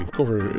cover